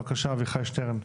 בבקשה, אביחי שטרן.